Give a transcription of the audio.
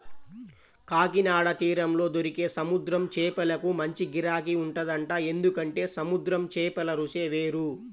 కాకినాడ తీరంలో దొరికే సముద్రం చేపలకు మంచి గిరాకీ ఉంటదంట, ఎందుకంటే సముద్రం చేపల రుచే వేరు